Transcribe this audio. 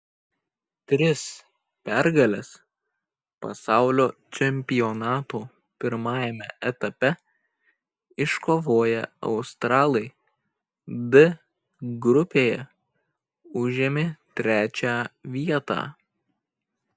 tris pergales pasaulio čempionato pirmajame etape iškovoję australai d grupėje užėmė trečią vietą